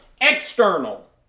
external